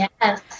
Yes